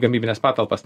gamybines patalpas